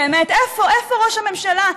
באמת, איפה ראש הממשלה?